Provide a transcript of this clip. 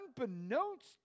unbeknownst